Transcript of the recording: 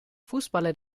fußballer